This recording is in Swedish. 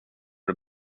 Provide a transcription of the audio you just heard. det